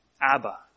Abba